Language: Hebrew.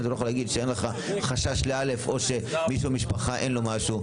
ולא יכול להגיד שאין לך חשש ל-א' או מישהו מהמשפחה אין לו משהו.